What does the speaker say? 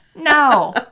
No